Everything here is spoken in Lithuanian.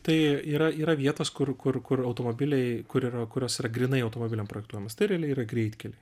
tai yra yra vietos kur kur kur automobiliai kur yra kurios yra grynai automobiliam projektuojamos tai realiai yra greitkeliai